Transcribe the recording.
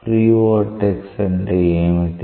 free vortex అంటే ఏమిటి